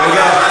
תודה.